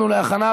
(הכרזה על ארגון טרור או על פעיל טרור בשל הכרזה מחוץ לישראל),